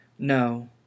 No